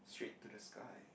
straight to the sky